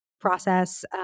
process